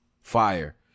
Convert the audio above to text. fire